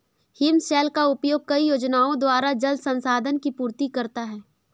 हिमशैल का उपयोग कई योजनाओं द्वारा जल संसाधन की पूर्ति करता है